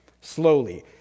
slowly